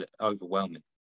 overwhelming